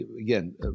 again